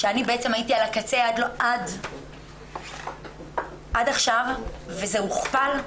שאני בעצם הייתי על הקצה עד עכשיו וזה הוכפל.